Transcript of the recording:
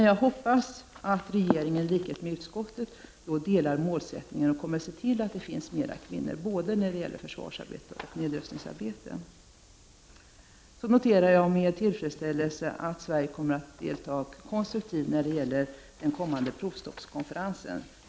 Jag hoppas ändå att regeringen, i likhet med utskottet, står bakom målsättningen i motionen och kommer att se till att det finns fler kvinnor både i försvarsarbetet och i nedrustningsarbetet. Jag noterar med tillfredsställelse att Sverige kommer att delta konstruktivt i den kommande provstoppskonferensen.